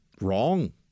wrong